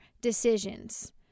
decisions